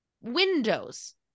windows